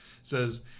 says